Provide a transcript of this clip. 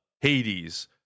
Hades